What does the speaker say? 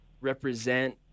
represent